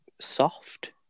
soft